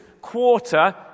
quarter